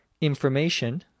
information